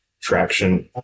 traction